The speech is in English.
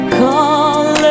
call